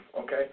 okay